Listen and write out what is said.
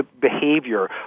behavior